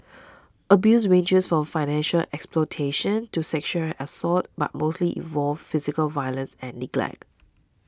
abuse ranges from financial exploitation to sexual assault but mostly involves physical violence and neglect